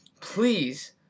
please